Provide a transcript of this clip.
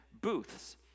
booths